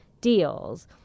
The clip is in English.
deals